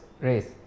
race